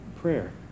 prayer